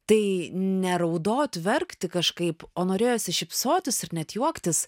tai ne raudot verkti kažkaip o norėjosi šypsotis ir net juoktis